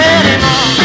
anymore